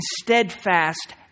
steadfast